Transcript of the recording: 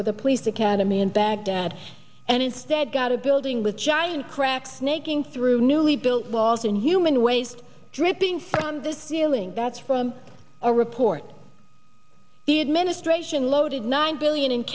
a police academy in baghdad and instead got a building with giant cracks snaking through newly built walls in human waste dripping from this feeling that's from a report the administration loaded nine billion in